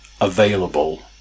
available